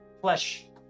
flesh